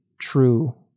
true